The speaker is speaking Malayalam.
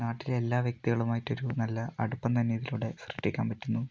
നാട്ടിലെ എല്ലാ വ്യക്തികളും ആയിട്ട് ഒരു നല്ല അടുപ്പം തന്നെ ഇതിലൂടെ സൃഷ്ടിക്കാൻ പറ്റുന്നു